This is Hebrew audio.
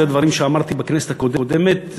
אלו דברים שאמרתי בכנסת הקודמת,